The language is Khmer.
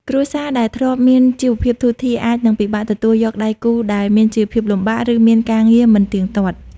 គ្រួសារដែលធ្លាប់មានជីវភាពធូរធារ អាចនឹងពិបាកទទួលយកដៃគូដែលមានជីវភាពលំបាក ឬមានការងារមិនទៀងទាត់។